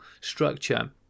structure